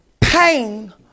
pain